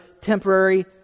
temporary